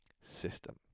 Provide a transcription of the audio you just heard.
system